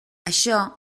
això